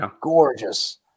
gorgeous